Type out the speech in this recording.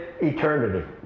eternity